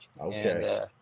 okay